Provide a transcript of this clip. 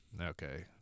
Okay